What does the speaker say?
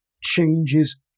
changes